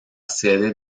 sede